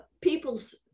people's